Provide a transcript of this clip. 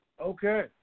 Okay